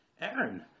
aaron